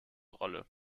rolle